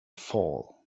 fall